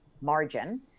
margin